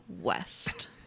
West